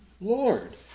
Lord